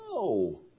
No